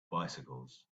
bicycles